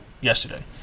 yesterday